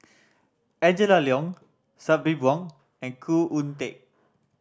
Angela Liong Sabri Buang and Khoo Oon Teik